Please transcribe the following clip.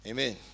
Amen